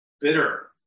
Bitter